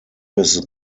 his